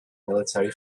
military